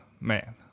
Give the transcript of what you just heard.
Man